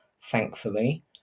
thankfully